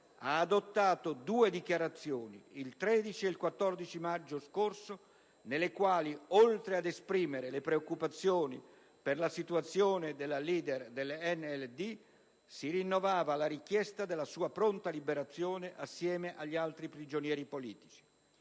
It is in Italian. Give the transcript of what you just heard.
ha adottato due dichiarazioni, il 13 ed il 14 maggio scorsi, nelle quali, oltre a esprimere la preoccupazione per la situazione della leader dell'NLD, si rinnovava la richiesta della sua pronta liberazione assieme agli altri prigionieri politici.